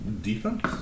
defense